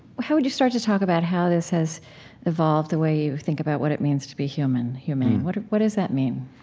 how would you start to talk about how this has evolved the way you think about what it means to be human, humane? what what does that mean?